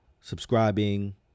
subscribing